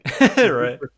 right